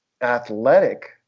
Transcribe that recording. athletic